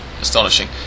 astonishing